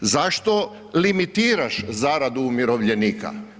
Zašto limitiraš zaradu umirovljenika?